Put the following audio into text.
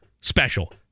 special